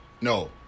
No